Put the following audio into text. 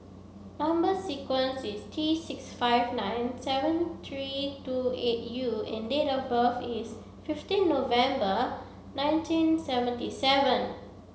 number sequence is T six five nine seven three two eight U and date of birth is fifteen November nineteen seventy seven